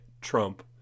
Trump